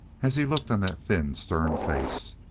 as he looked on that thin, stern face.